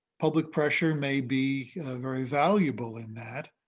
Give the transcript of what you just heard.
public pressure may be very valuable in that.